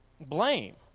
blame